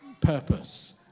purpose